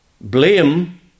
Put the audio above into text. blame